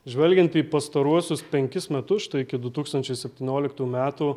žvelgiant į pastaruosius penkis metus štai iki du tūkstančiai septynioliktų metų